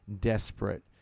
desperate